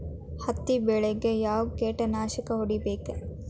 ಹತ್ತಿ ಬೆಳೇಗ್ ಯಾವ್ ಕೇಟನಾಶಕ ಹೋಡಿಬೇಕು?